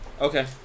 Okay